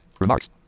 Remarks